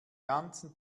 ganzen